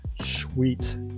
sweet